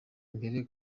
imbere